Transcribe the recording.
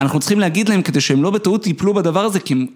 אנחנו צריכים להגיד להם כדי שהם לא בטעות ייפלו בדבר הזה, כי...